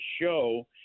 show